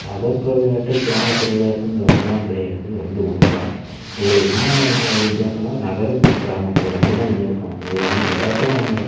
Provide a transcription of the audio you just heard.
நகர்ப்புற விளையாட்டு கிராமப்புற விளையாட்டுனு ரெண்டெலாம் கிடையாது ரெண்டும் ஒன்று தான் இதில் என்ன இது வித்தியாசம்னால் அது நகரம் கிராமம் இது ரெண்டும் தான் வித்தியாசம் இது ரெண்டும் விளையாட்டெலாம் ஒன்று தான்